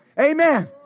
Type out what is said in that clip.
Amen